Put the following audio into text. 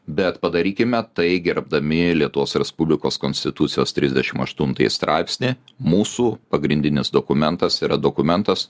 bet padarykime tai gerbdami lietuvos respublikos konstitucijos trisdešim aštuntąjį straipsnį mūsų pagrindinis dokumentas yra dokumentas